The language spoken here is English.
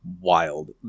wild